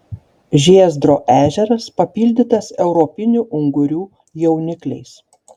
žiezdro ežeras papildytas europinių ungurių jaunikliais